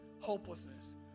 hopelessness